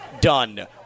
done